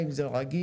האם זה רגיש,